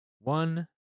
one